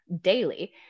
daily